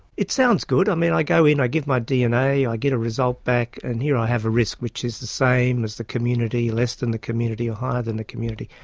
it sounds good, i mean i go in, i give my dna, i get a result back and here i have a risk which is the same as the community, less than the community, or higher than the community.